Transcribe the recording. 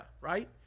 right